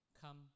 Come